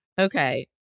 Okay